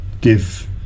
give